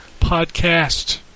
Podcast